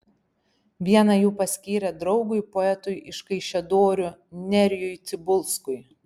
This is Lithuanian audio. vieną jų paskyrė draugui poetui iš kaišiadorių nerijui cibulskui